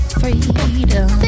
freedom